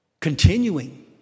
continuing